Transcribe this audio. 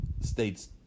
states